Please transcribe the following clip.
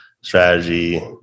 strategy